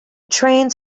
trains